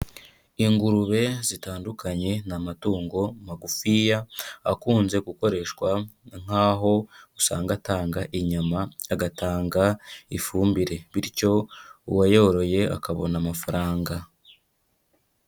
Ingurube zitandukanye ni amatungo magufiya akunze gukoreshwa nk'aho usanga atanga inyama, agatanga ifumbire, bityo uwayoroye akabona amafaranga.